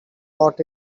brought